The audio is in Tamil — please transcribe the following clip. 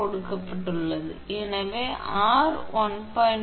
கொடுக்கப்பட்டுள்ளது எனவே R 1